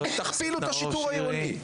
תכפילו את השיטור העירוני.